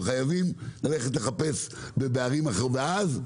הם חייבים ללכת לחפש בערים אחרות ואז,